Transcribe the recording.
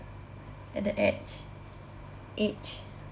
at the edge edge